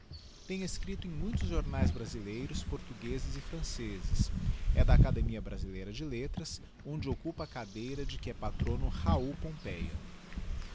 tem escripto em muitos jornaes brasileiros portuguezes e francezes e da academia brasileira de letras onde occupa a cadeira de que é patrono raul pompeia